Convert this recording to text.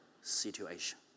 situation